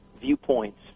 viewpoints